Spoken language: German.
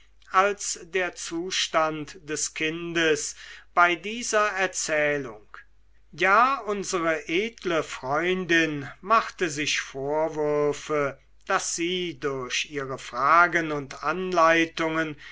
als der zustand des kindes bei dieser erzählung ja unsere edle freundin machte sich vorwürfe daß sie durch ihre fragen und anleitungen